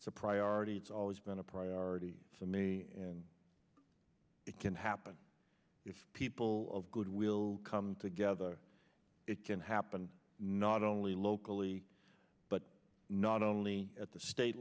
it's a priority it's always been a priority for me and it can happen if people of goodwill come together it can happen not only locally but not only at the state